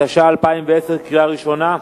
התשע"א 2010, קריאה ראשונה.